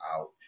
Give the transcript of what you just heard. out